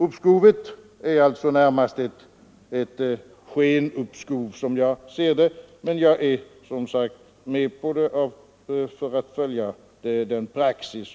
Uppskovet är alltså närmast ett skenuppskov, men jag är som sagt med på det för att följa praxis.